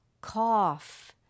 cough